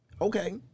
Okay